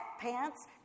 pants